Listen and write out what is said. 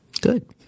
Good